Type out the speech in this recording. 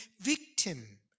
victim